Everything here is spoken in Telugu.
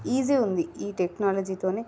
ఈజీ అయింది ఈ టెక్నాలజీతో